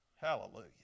Hallelujah